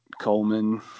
Coleman